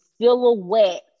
silhouette